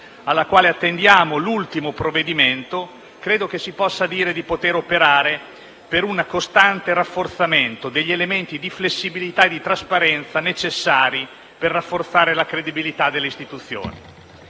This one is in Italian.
della quale attendiamo l'ultimo provvedimento, credo si possa dire di poter operare per un costante rafforzamento degli elementi di flessibilità e di trasparenza necessari per rafforzare la credibilità delle istituzioni.